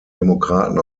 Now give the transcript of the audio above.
demokraten